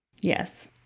Yes